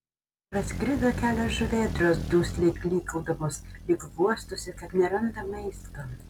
praskrido kelios žuvėdros dusliai klykaudamos lyg guostųsi kad neranda maisto